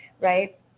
right